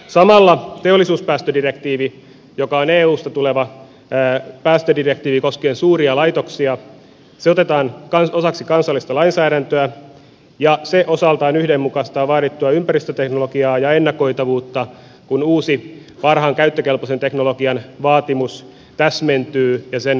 samalla teollisuuspäästödirektiivi joka on eusta tuleva suuria laitoksia koskeva päästödirektiivi otetaan osaksi kansallista lainsäädäntöä ja se osaltaan yhdenmukaistaa vaadittua ympäristöteknologiaa ja ennakoitavuutta kun uusi parhaan käyttökelpoisen teknologian vaatimus täsmentyy ja sen oikeusperusta vahvistuu